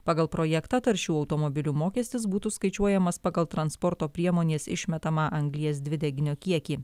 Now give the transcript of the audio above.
pagal projektą taršių automobilių mokestis būtų skaičiuojamas pagal transporto priemonės išmetamą anglies dvideginio kiekį